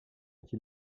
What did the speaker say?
qui